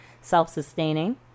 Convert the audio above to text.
self-sustaining